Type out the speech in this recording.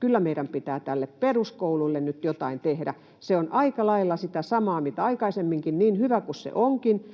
kyllä meidän pitää tälle peruskoululle nyt jotain tehdä. Se on aika lailla sitä samaa, mitä aikaisemminkin. Niin hyvä kuin se onkin,